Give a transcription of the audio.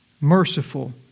merciful